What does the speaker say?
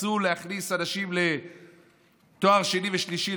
רצו להכניס אנשים לתואר שני ושלישי,